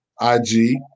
IG